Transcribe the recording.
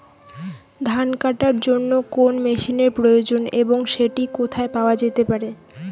ধান কাটার জন্য কোন মেশিনের প্রয়োজন এবং সেটি কোথায় পাওয়া যেতে পারে?